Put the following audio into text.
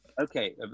Okay